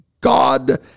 God